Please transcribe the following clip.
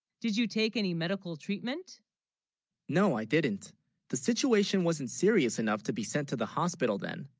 did you take any medical treatment no, i didn't the situation, wasn't serious enough to be sent to the hospital then